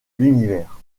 l’univers